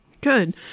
Good